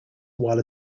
while